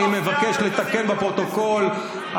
אני מבקש לתקן בפרוטוקול,